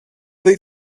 they